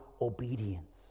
obedience